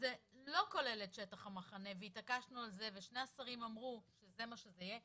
שזה לא כולל את שטח המחנה והתעקשנו על זה ושני השרים אמרו שזה מה שיהיה.